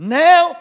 now